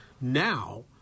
now